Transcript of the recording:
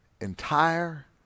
entire